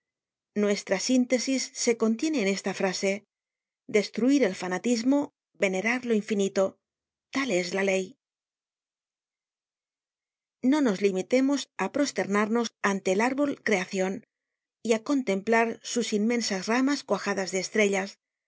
síntesis se contiene en esta frase destruir el fanatismo venerar lo infinito tal es la ley no nos limitemos á prosternarnos ante el árbol creacion y á contemplar sus inmensas ramas cuajadas de estrellas